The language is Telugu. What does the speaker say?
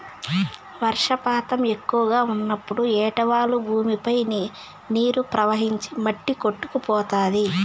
వర్షపాతం ఎక్కువగా ఉన్నప్పుడు ఏటవాలు భూమిపై నీరు ప్రవహించి మట్టి కొట్టుకుపోతాది